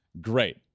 great